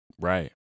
Right